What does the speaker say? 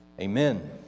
Amen